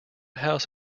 house